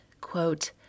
quote